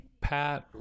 Pat